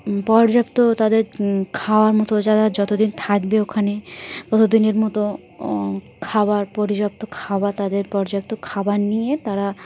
পর্যাপ্ত তাদের খাওয়ার মতো যারা যত দিন থাকবে ওখানে তত দিনের মতো খাবার পর্যাপ্ত খাবার তাদের পর্যাপ্ত খাবার নিয়ে তারা